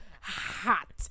hot